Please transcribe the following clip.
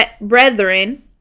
brethren